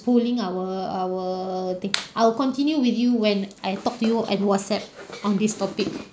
pulling our our de~ I'll continue with you when I talk to you at whatsapp on this topic